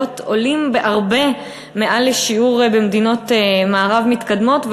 עולים בהרבה מעל לשיעור במדינות מערב מתקדמות,